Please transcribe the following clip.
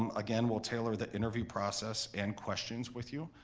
um again we'll tailor the interview process and questions with you.